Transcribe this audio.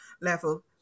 level